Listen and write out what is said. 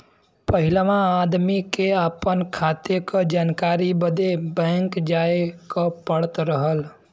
पहिलवा आदमी के आपन खाते क जानकारी बदे बैंक जाए क पड़त रहल